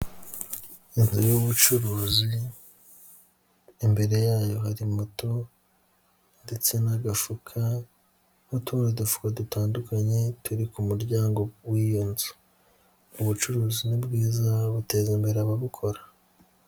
Inzu y'ubucuruzi, imbere yayo hari moto ndetse n'agafuka n'utundi dufuka dutandukanye turi ku muryango w'iyo nzu, ubucuruzi ni bwiza buteza imbere ababukora.